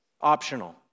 optional